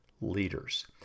Leaders